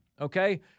okay